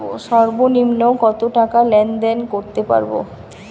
সর্বনিম্ন কত টাকা লেনদেন করতে পারবো?